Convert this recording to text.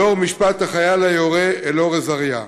לאור משפט החייל היורה אלאור אזריה.